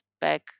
back